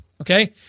Okay